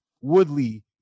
Woodley